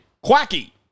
quacky